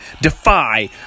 Defy